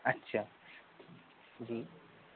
अच्छा जी